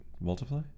multiply